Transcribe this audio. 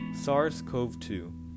SARS-CoV-2